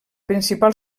principal